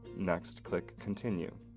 next, click continue.